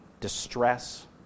distress